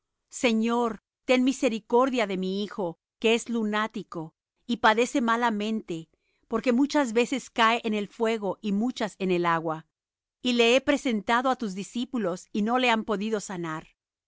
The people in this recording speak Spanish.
señor ten misericordia de mi hijo que es lunático y padece malamente porque muchas veces cae en el fuego y muchas en el agua y le he presentado á tus discípulos y no le han podido sanar